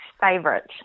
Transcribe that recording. favorite